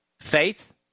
faith